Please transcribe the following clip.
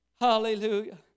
Hallelujah